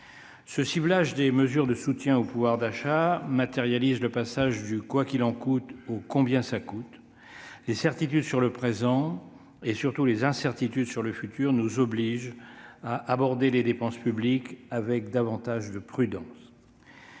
Le ciblage des mesures de soutien au pouvoir d'achat matérialise le passage du « quoi qu'il en coûte » au « combien ça coûte ». Les certitudes sur le présent et, surtout, les incertitudes sur le futur nous obligent à aborder les dépenses publiques avec davantage de prudence.